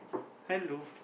hello